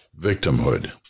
victimhood